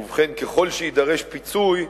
ובכן, ככל שיידרש פיצוי,